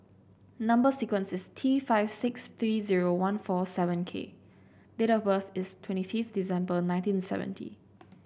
number sequence is T five six three zero one four seven K date of birth is twenty fifth December nineteen seventy